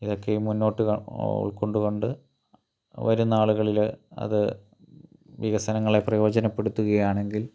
ഇതൊക്കെയും മുന്നോട്ട് ഉൾക്കൊണ്ട് കൊണ്ട് വരുംനാളുകളിൽ അത് വികസനങ്ങളെ പ്രയോജനപ്പെടുത്തുകയാണെങ്കിൽ